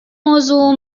موضوع